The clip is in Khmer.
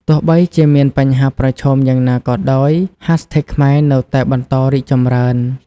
ទោះបីជាមានបញ្ហាប្រឈមយ៉ាងណាក៏ដោយ ហាស់ថេកខ្មែរនៅតែបន្តរីកចម្រើន។